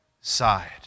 side